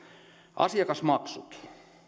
asiakasmaksut